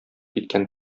киткән